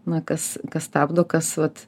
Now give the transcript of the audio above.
na kas kas stabdo kas vat